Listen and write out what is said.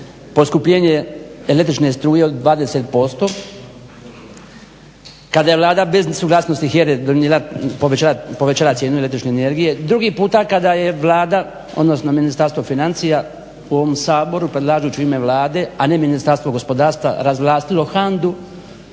poskupljenje električne struje od 20%, kada je Vlada bez suglasnosti HERE donijela povećala cijenu električne energije. Drugi puta kada je Vlada odnosno Ministarstvo financija u ovom Saboru predlažući u ime Vlade a ne Ministarstvo gospodarstva razvlastilo HANDU